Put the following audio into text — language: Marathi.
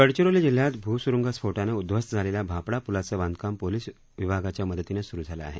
गडचिरोली जिल्ह्यात भूसुरुंगस्फोटानं उध्वस्त झालेल्या भापडा पुलाचं बांधकाम पोलीस विभागाच्या मदतीनं सुरु झालं आहे